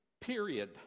Period